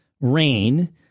rain